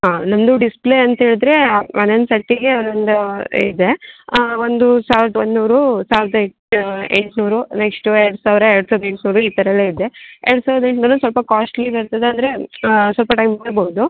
ಹಾಂ ನಂದು ಡಿಸ್ಪ್ಲೇ ಅಂತ ಹೇಳಿದ್ರೆ ಒಂದೊಂದು ಸೆಟ್ಟಿಗೇ ಒಂದು ಇದೆ ಒಂದು ಸಾವಿರದ ಒಂದುನೂರು ಸಾವಿರದ ಎಂಟು ಎಂಟ್ನೂರು ನೆಕ್ಸ್ಟ್ ಎರಡು ಸಾವಿರ ಎರಡು ಸಾವಿರದ ಎಂಟ್ನೂರು ಈ ಥರ ಎಲ್ಲ ಇದೆ ಎರಡು ಸಾವಿರದ ಎಂಟ್ನೂರು ಸ್ವಲ್ಪ ಕಾಸ್ಟ್ಲಿ ಇದಾಗ್ತದೆ ಅಂದರೆ ಸ್ವಲ್ಪ ಟೈಮ್ ನೋಡ್ಬೋದು